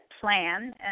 plan